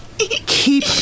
Keep